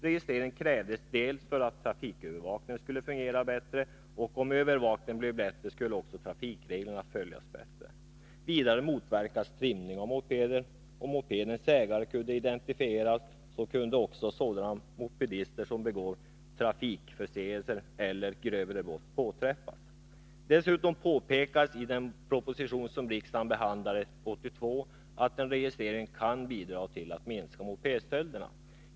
Registrering krävdes för att trafikövervakningen skulle fungera bättre, och om övervakningen blev bättre skulle också trafikreglerna följas bättre. Vidare motverkas trimningen av mopeder. Om mopedens ägare kunde identifieras, kunde också sådana mopedister påträffas som begår trafikförseelser eller grövre brott. Dessutom påpekas i den proposition som riksdagen behandlade 1982 att en registrering kan bidra till att minska mopedstölderna.